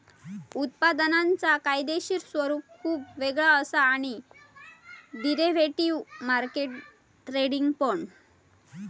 उत्पादनांचा कायदेशीर स्वरूप खुप वेगळा असा आणि डेरिव्हेटिव्ह मार्केट ट्रेडिंग पण